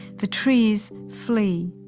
the trees flee.